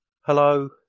Hello